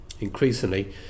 Increasingly